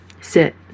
Sit